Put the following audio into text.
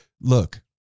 Look